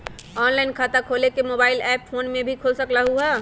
Online खाता खोले के मोबाइल ऐप फोन में भी खोल सकलहु ह?